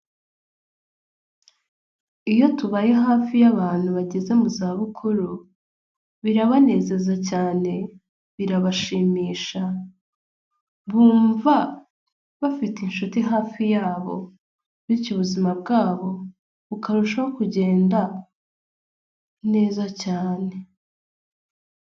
Iyo tubaye hafi y'abantu bageze mu za bukuru birabanezeza cyane, birabashimisha, bumva bafite inshuti hafi yabo bityo ubuzima bwabo bukarushaho kugenda neza cyane.